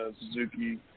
Suzuki